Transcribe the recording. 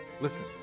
Listen